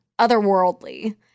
otherworldly